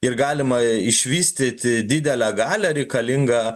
ir galima išvystyti didelę galią reikalingą